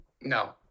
No